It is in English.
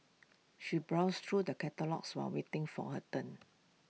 she browsed through the catalogues while waiting for her turn